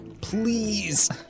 Please